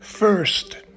First